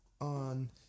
on